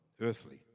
earthly